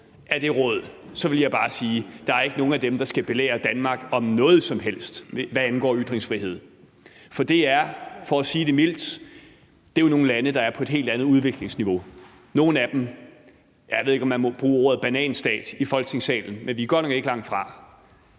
af det råd, vil jeg bare sige, at der ikke er nogen af dem, der skal belære Danmark om noget som helst, hvad angår ytringsfrihed, for det er, for at sige det mildt, nogle lande, der er på et helt andet udviklingsniveau. Jeg ved ikke, om man må bruge ordet bananstat i Folketingssalen, med hvad angår nogle af